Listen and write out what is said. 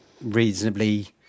reasonably